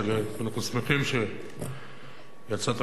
אנחנו שמחים שיצאת מהארון,